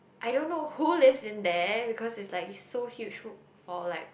I don't know who is in there because is like so huge wood or like